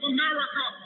America